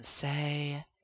say